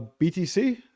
BTC